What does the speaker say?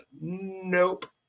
Nope